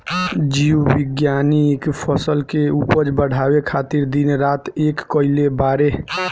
जीव विज्ञानिक फसल के उपज बढ़ावे खातिर दिन रात एक कईले बाड़े